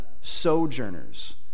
sojourners